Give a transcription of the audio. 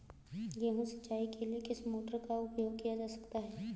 गेहूँ सिंचाई के लिए किस मोटर का उपयोग किया जा सकता है?